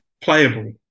playable